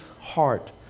heart